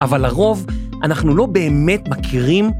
‫אבל לרוב אנחנו לא באמת מכירים...